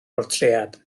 bortread